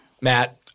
Matt